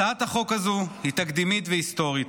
הצעת החוק הזו היא תקדימית והיסטורית.